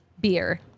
beer